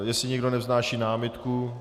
Jestli někdo nevznáší námitku?